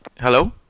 Hello